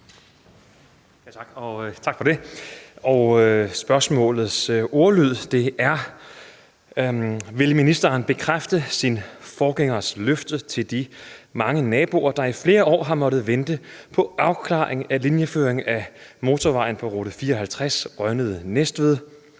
Tak for det. Og spørgsmålets ordlyd er: Vil ministeren bekræfte sin forgængers løfte til de mange naboer, der i flere år har måttet vente på afklaring af linjeføring af motorvejen på rute 54 Rønnede-Næstved,